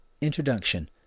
Introduction